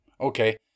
Okay